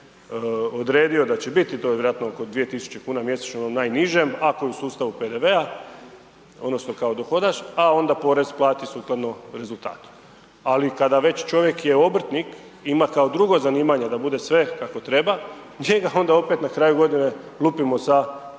odredio da će bit i to je vjerojatno oko 2000 kuna mjesečno na najnižem ako je u sustavu PDV-a odnosno kao dohodaš a onda porez plati sukladno rezultatu. Ali kada već čovjek je obrtnik, ima kao drugo zanimanje da bude sve kako treba, njega onda opet na kraju godine lupimo sa doprinosima